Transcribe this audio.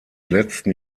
letzten